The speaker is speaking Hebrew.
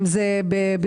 אם זה בזכויות,